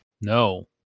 No